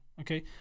Okay